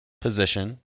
position